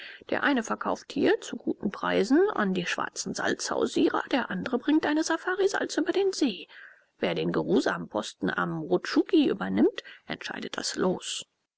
der eine verkauft hier zu guten preisen an die schwarzen salzhausierer der andre bringt eine safari salz über den see wer den geruhsamen posten am rutschugi übernimmt entscheidet das los